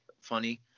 funny